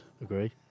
Agree